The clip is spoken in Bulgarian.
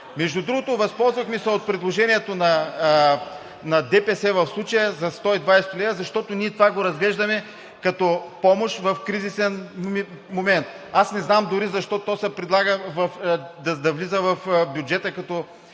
Между другото, възползвахме се от предложението на ДПС в случая за 120 лв., защото ние това го разглеждаме като помощ в кризисен момент. Дори не знам защо то се предлага да влиза в бюджета на